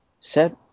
set